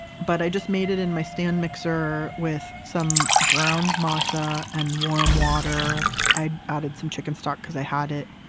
but i just made it in my stand mixer with some ground masa and warm water. i added some chicken stock, because i had it.